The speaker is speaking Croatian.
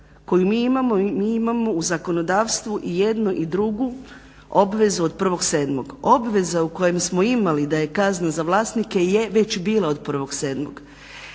imamo mi imamo u zakonodavstvu i jednu i drugu obvezu od 1.7.. Obveza u kojem smo imali da je kazna za vlasnike je već bila od 1.7.